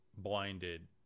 blinded